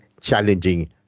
challenging